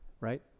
right